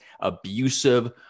abusive